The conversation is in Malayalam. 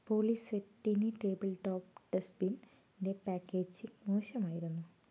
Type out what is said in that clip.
poly set tiny table top ഡസ്റ്റ്ബിന്നിന്റെ പാക്കേജിംഗ് മോശമായിരുന്നു